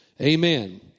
Amen